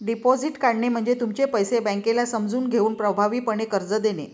deposit काढणे म्हणजे तुमचे पैसे बँकेला समजून घेऊन प्रभावीपणे कर्ज देणे